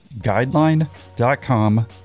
guideline.com